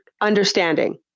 understanding